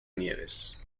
nieves